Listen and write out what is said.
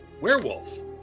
werewolf